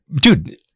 dude